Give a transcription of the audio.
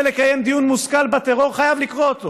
לקיים דיון מושכל בטרור חייב לקרוא אותו